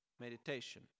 meditation